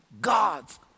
God's